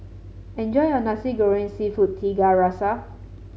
enjoy your Nasi Goreng seafood Tiga Rasa